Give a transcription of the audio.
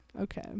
Okay